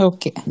Okay